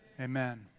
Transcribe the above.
amen